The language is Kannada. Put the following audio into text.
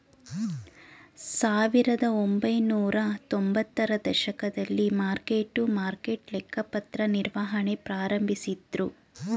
ಸಾವಿರದಒಂಬೈನೂರ ತೊಂಬತ್ತರ ದಶಕದಲ್ಲಿ ಮಾರ್ಕ್ ಟು ಮಾರ್ಕೆಟ್ ಲೆಕ್ಕಪತ್ರ ನಿರ್ವಹಣೆ ಪ್ರಾರಂಭಿಸಿದ್ದ್ರು